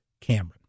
Cameron